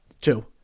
Two